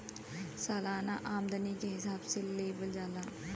सालाना आमदनी के हिसाब से लेवल जाला